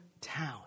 town